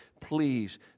please